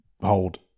hold